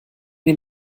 dem